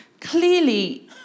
clearly